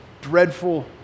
dreadful